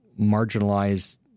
marginalized